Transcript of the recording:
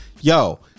yo